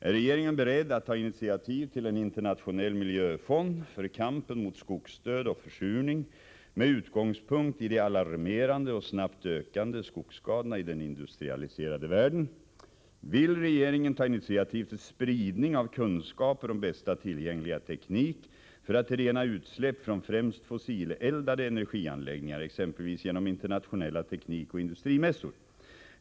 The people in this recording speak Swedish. Är regeringen beredd att ta initiativ till en internationell miljöfond för kampen mot skogsdöd och försurning med utgångspunkt i de alarmerande och snabbt ökande skogsskadorna i den industrialiserade världen? Vill regeringen ta initiativ till spridning av kunskaper om bästa tillgängliga teknik för att rena utsläpp från främst fossileldade energianläggningar, exempelvis genom internationella teknikoch industrimässor?